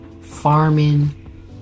farming